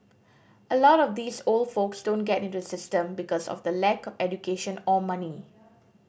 a lot of these old folks don't get into the system because of the lack of education or money